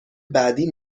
بعدی